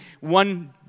one